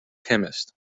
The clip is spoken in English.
chemist